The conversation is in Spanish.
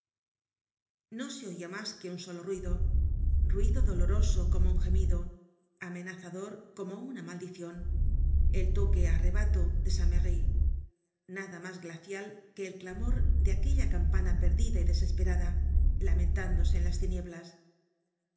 no se oia mas que un solo ruido ruido doloroso como un gemido amenazador como una maldicion el toque á rebato de san merry nada mas glacial que el clamor de aquella campana perdida y desesperada lamentándose en las tinieblas